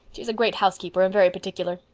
she's a great housekeeper and very particular.